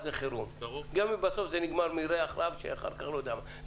גם אם זה נגמר מריח - זה חירום.